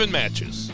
matches